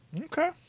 Okay